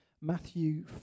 Matthew